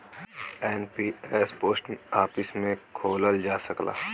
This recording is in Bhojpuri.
एन.पी.एस पोस्ट ऑफिस में खोलल जा सकला